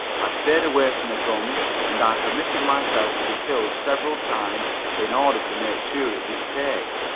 i stayed away from the guns and i permitted myself to be killed several times in order to make sure it would take.